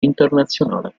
internazionale